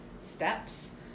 steps